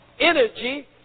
energy